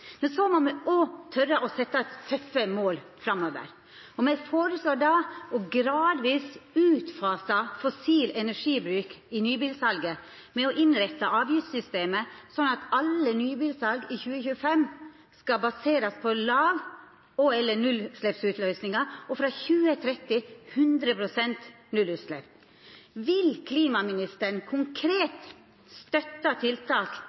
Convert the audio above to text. Så må me òg tora å setja oss tøffe mål framover. Me føreslår gradvis å utfasa fossil energibruk i nybilsalet ved å innretta avgiftssystemet slik at alle nybilsal i 2025 skal baserast på lågutslepps- og/eller nullutsleppsløysingar – og frå 2030 100 pst. nullutslepp. Vil klimaministeren konkret støtta tiltak